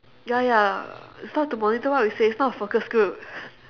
ya ya is not to monitor what we say it's not a focused group